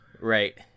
right